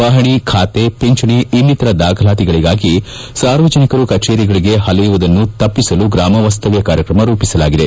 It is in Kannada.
ಪಹಣಿ ಖಾತೆ ಪಿಂಚಣಿ ಇನ್ನಿತರ ದಾಖಲಾತಿಗಳಿಗಾಗಿ ಸಾರ್ವಜನಿಕರು ಕಚೇರಿಗಳಿಗೆ ಅಲೆಯುವುದನ್ನು ತಪ್ಪಿಸಲು ಗ್ರಾಮ ವಾಸ್ತವ್ಯ ಕಾರ್ಯಕ್ರಮ ರೂಪಿಸಲಾಗಿದೆ